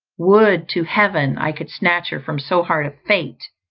would to heaven i could snatch her from so hard a fate,